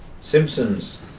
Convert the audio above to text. Simpsons